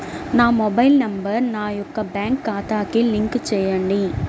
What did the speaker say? నా mobile number నా యొక్క బ్యాంక్ ఖాతాకి లింక్ చేయండీ?